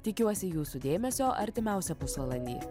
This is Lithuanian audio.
tikiuosi jūsų dėmesio artimiausią pusvalandį